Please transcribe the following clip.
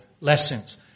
lessons